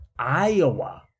Iowa